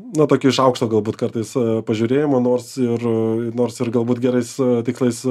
na tokį šaukštą galbūt kartais pažiūrėjimo nors ir nors ir galbūt gerais tikslais